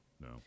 no